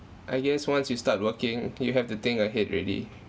I guess once you start working you have to think ahead already